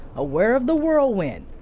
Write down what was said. aware of the whirlwind,